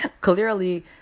clearly